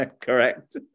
Correct